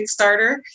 Kickstarter